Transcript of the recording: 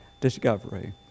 discovery